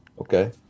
Okay